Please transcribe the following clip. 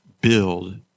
build